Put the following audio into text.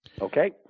Okay